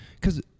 cause